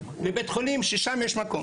לבית חולים שבו יש מקום.